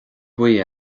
buí